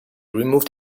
removed